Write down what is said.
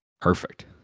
perfect